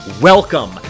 Welcome